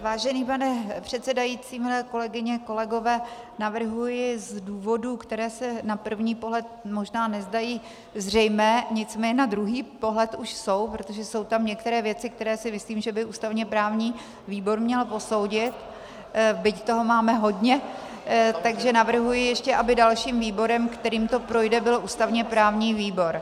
Vážený pane předsedající, milé kolegyně, kolegové, navrhuji z důvodů, které se na první pohled možná nezdají zřejmé, nicméně na druhý pohled už jsou, protože jsou tam některé věci, které si myslím, že by ústavněprávní výbor měl posoudit, byť toho máme hodně , takže navrhuji, aby ještě dalším výborem, kterým to projde, byl ústavněprávní výbor.